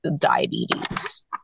diabetes